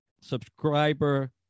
subscriber